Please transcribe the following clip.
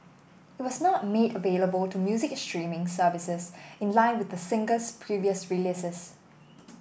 it was not made available to music streaming services in line with the singer's previous releases